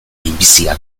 minbizia